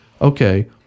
okay